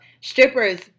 strippers